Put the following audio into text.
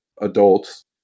adults